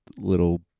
little